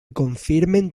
confirmen